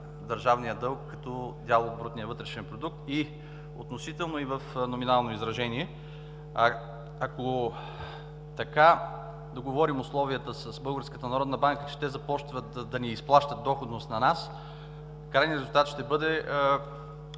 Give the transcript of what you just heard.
държавния дълг като дял от брутния вътрешен продукт в относително и в номинално изражение. Ако така договорим условията с Българската народна банка, че те започнат да ни изплащат доходност на нас, крайният резултат ще бъде,